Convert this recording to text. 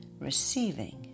receiving